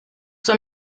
suo